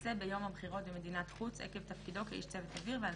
שיימצא ביום הבחירות במדינת חוץ עקב תפקידו כאיש צוות אוויר ועל